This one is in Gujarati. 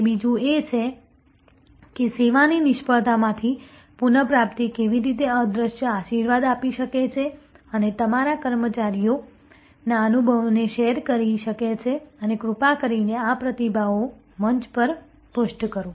અને બીજું એ છે કે સેવાની નિષ્ફળતામાંથી પુનઃપ્રાપ્તિ કેવી રીતે અદ્રશ્ય આશીર્વાદ આપી શકે છે અને તમારા કર્મચારીઓના અનુભવને શેર કરી શકે છે અને કૃપા કરીને આ પ્રતિભાવો મંચ પર પોસ્ટ કરો